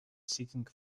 seating